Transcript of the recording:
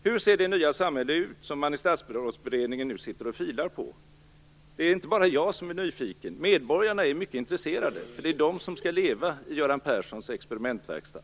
Hur ser det nya samhälle ut som Statsrådsberedningen nu sitter och filar på? Det är inte bara jag som är nyfiken. Medborgarna är mycket intresserade, eftersom det är de som skall leva i Göran Perssons experimentverkstad.